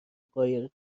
قایق